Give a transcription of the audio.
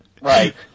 Right